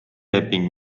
leping